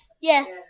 Yes